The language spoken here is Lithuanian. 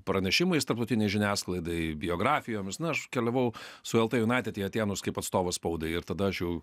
pranešimais tarptautinei žiniasklaidai biografijoms na aš keliavau su lt united į atėnus kaip atstovas spaudai ir tada aš jau